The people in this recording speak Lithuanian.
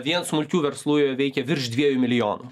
vien smulkių verslų joje veikia virš dviejų milijonų